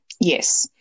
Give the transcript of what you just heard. Yes